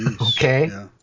okay